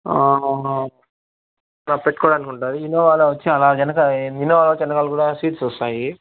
ఇలా పెట్టుకోడానికి ఉంటుంది ఇన్నోవాలో వచ్చి అలా వెనక ఇన్నోవాలో వెనకాల కూడా సీట్స్ వస్తాయి